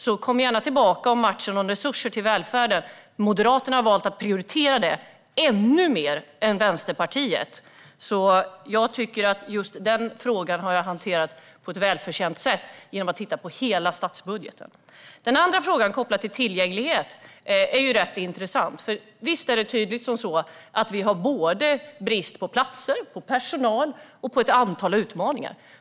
Kom alltså gärna tillbaka till matchen om resurser till välfärden! Moderaterna har valt att prioritera det ännu mer än Vänsterpartiet. Jag tycker att vi har hanterat just den frågan på ett förtjänstfullt sätt genom att titta på hela statsbudgeten. Den andra frågan, kopplad till tillgänglighet, är rätt intressant. Visst är det tydligt att vi både har brist på platser och personal, och vi har ett antal utmaningar.